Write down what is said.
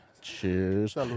Cheers